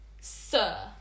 Sir